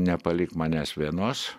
nepalik manęs vienos